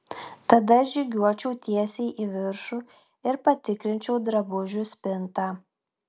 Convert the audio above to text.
tada žygiuočiau tiesiai į viršų ir patikrinčiau drabužių spintą